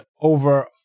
over